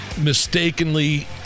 mistakenly